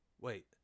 wait